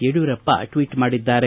Yediyurappa tweet ಮಾಡಿದ್ದಾರೆ